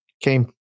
came